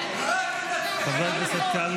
הוא האחרון שאני אגן